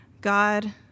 God